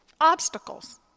Obstacles